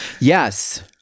yes